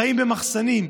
חיים במחסנים.